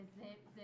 וזה